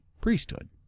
priesthood